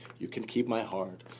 you can keep my heart.